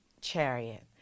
chariot